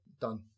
Done